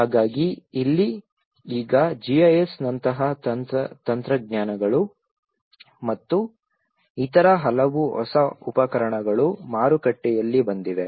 ಹಾಗಾಗಿ ಇಲ್ಲಿ ಈಗ GIS ನಂತಹ ತಂತ್ರಜ್ಞಾನಗಳು ಮತ್ತು ಇತರ ಹಲವು ಹೊಸ ಉಪಕರಣಗಳು ಮಾರುಕಟ್ಟೆಯಲ್ಲಿ ಬಂದಿವೆ